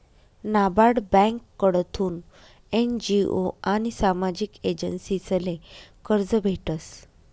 नाबार्ड ब्यांककडथून एन.जी.ओ आनी सामाजिक एजन्सीसले कर्ज भेटस